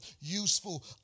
useful